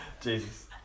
Jesus